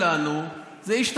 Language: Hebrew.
כשיהיה שר ביטחון שלנו זה ישתנה.